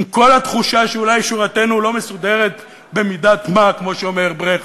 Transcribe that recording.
עם כל התחושה שאולי שורתנו לא מסודרת במידת-מה כמו שאומר ברכט,